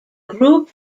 group